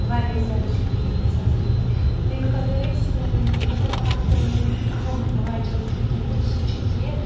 واریاہ زیادٕ چھُ ہُریمٕژ آز ریٹ تَمیُک اَگر أسۍ مطلب اکھ أہم وجہہ وٕچھو تَمیُک سُہ چھُ یہِ